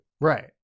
Right